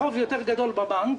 חוב גדול יותר בבנק,